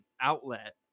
outlet